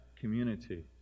community